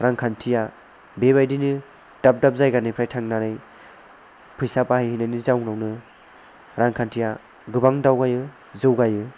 रांखान्थिया बेबायदिनो दाब दाब जायगानिफ्राय थांनानै फैसा बाहायनायनि जाहोनावनो रांखान्थिया गोबां दावगायो जौगायो